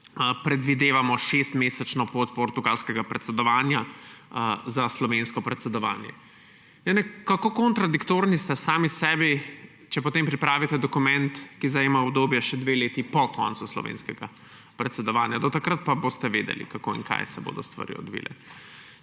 predvidevamo šestmesečno pot portugalskega predsedovanja za slovensko predsedovanje. Kontradiktorni ste sami sebi, če potem pripravite dokument, ki zajema udobje še dve leti po koncu slovenskega predsedovanja. Do takrat pa boste vedeli, kako se bodo stvari odvile?